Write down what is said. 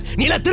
nila.